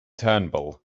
turnbull